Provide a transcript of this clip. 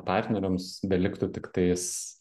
partneriams beliktų tiktais